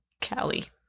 Cali